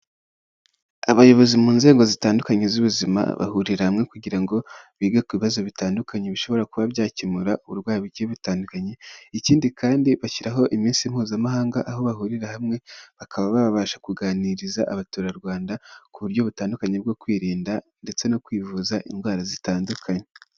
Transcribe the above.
Abayobozi mu nzego zitandukanye z'ubuzima bahurira hamwe kugira ngo bige ku bibazo bitandukanye bishobora kuba byakemura uburwayi bugiye butandukanye, ikindi kandi bashyiraho iminsi mpuzamahanga aho bahurira hamwe bakaba babasha kuganiriza abaturarwanda ku buryo butandukanye bwo kwirinda ndetse no kwivuza indwara zitandukanye.